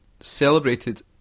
celebrated